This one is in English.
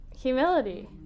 humility